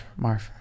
Marf